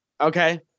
okay